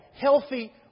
healthy